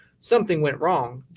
something went wrong,